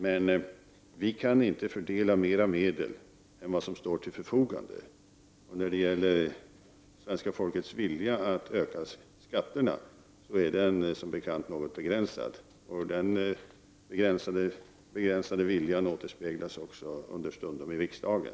Men vi kan inte fördela mer medel än vad som står till förfogande. Svenska folkets vilja till ökade skatter är som bekant något begränsad. Den begränsade viljan återspeglas också understundom i riksdagen.